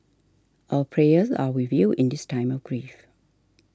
our prayers are with you in this time of grief